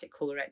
colorectal